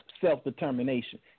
self-determination